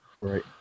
right